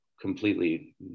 completely